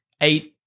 Eight